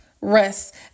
rest